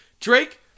Drake